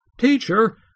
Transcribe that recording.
Teacher